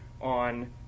on